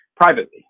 Privately